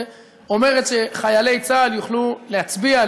ואומרת שחיילי צה"ל יוכלו להצביע,